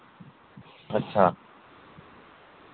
अच्छा